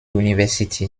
university